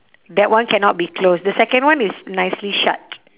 that one cannot be closed the second one is nicely shut